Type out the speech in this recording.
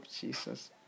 Jesus